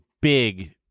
big